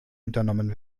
unternommen